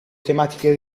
tematiche